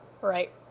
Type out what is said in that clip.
right